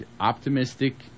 optimistic